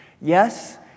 Yes